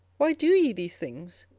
why do ye these things?